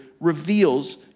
reveals